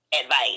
advice